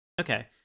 Okay